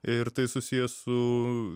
ir tai susiję su